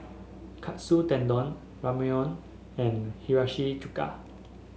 Katsu Tendon Ramyeon and Hiyashi Chuka